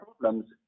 problems